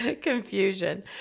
confusion